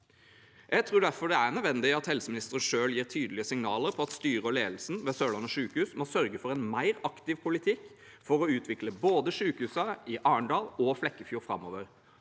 Jeg tror derfor det er nødvendig at helseministeren selv gir tydelige signaler om at styret og ledelsen ved Sørlandet sykehus må sørge for en mer aktiv politikk for å utvikle både sykehuset i Arendal og i Flekkefjord framover.